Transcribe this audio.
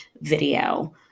video